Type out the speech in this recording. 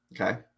Okay